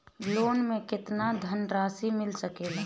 Loan मे केतना धनराशी मिल सकेला?